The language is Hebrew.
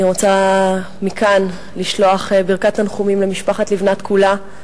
אני רוצה לשלוח מכאן ברכת תנחומים למשפחת לבנת כולה,